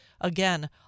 again